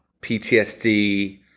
PTSD